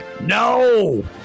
No